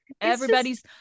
Everybody's